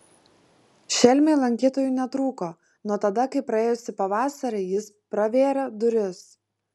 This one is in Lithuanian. šelmiui lankytojų netrūko nuo tada kai praėjusį pavasarį jis pravėrė duris